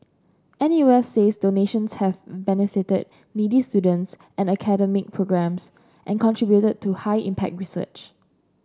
N U S says donations have benefited needy students and academic programmes and contributed to high impact research